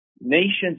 Nations